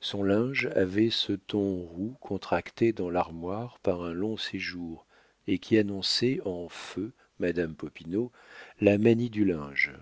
son linge avait ce ton roux contracté dans l'armoire par un long séjour et qui annonçait en feu madame popinot la manie du linge